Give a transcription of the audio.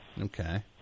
Okay